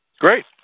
great